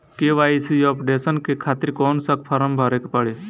KYC updation के खातिर कौन सा फारम भरे के पड़ी?